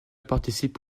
participe